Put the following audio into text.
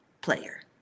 player